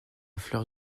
fleur